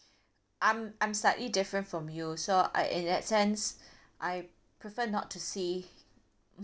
I'm I'm slightly different from you so I in that sense I prefer not to see